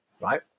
right